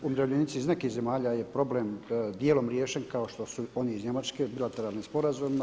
Umirovljenici iz nekih zemalja je problem dijelom riješen kao što su oni iz Njemačke bilateralnim sporazumima.